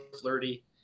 flirty